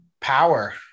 Power